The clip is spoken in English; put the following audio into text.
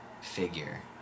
figure